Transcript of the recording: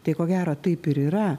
tai ko gero taip ir yra